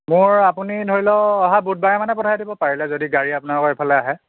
মোৰ আপুনি ধৰি লওক অহা বুধবাৰে মানে পঠাই দিব পাৰিলে যদি গাড়ী আপোনালোকৰ এইফালে আহে